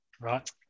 Right